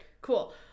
cool